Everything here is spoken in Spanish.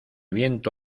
viento